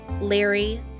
Larry